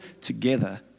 together